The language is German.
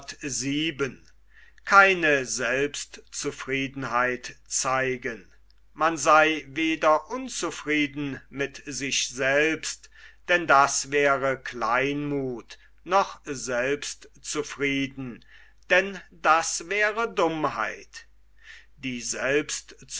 man sei weder unzufrieden mit sich selbst denn das wäre kleinmuth noch selbstzufrieden denn das wäre dummheit die